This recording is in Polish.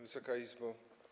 Wysoka Izbo!